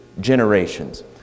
generations